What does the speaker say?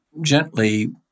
gently